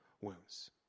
wounds